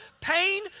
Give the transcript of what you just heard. pain